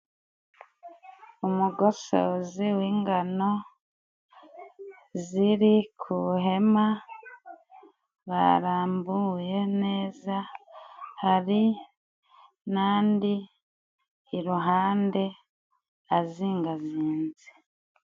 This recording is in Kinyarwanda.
Umugosozi w'ingano ziri ku ihema barambuye neza, hari n'andi iruhande azingazinze.